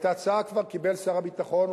את ההצעה כבר קיבל שר הביטחון,